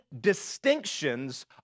distinctions